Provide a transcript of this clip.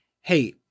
Hey